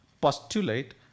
postulate